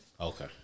Okay